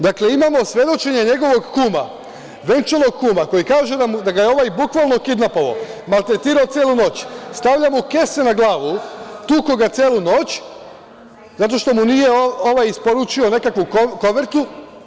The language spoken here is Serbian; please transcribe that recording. Dakle, imamo svedočenje njegovog kuma, venčanog kuma, koji kaže da ga je ovaj bukvalno kidnapovao, maltretirao celu noć, stavljao mu kese na glavu, tukao ga je celu noć, zato što mu nije ovaj isporučio nekakvu kovertu.